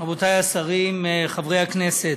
רבותי השרים, חברי הכנסת,